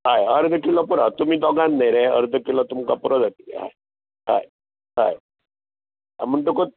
हय अर्द किलो पुरो तुमी दोगांच न्ही रे अर्द किलो तुमकां पुरो जातलीं हय हय हय म्हणटकूच